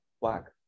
black